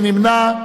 מי נמנע?